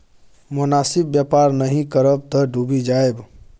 मोनासिब बेपार नहि करब तँ डुबि जाएब